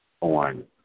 on